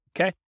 okay